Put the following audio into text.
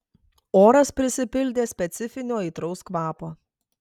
oras prisipildė specifinio aitraus kvapo